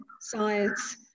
science